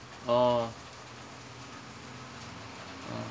oh uh